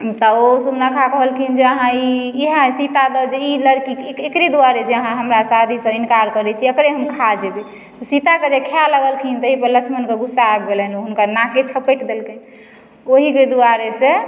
तऽ ओ सुर्पनखा कहलखिन जे अहाँ ई यएह सीता दऽ जे ई लड़की एकरे दुआरे जे अहाँ हमरा शादीसँ इनकार करय छी एकरे हम खा जेबय सीताके जे खाइ लगलखिन तहिपर लक्ष्मणके गुस्सा आबि गेलनि हुनकर नाके छपटि देलकइ ओहीके दुआरे से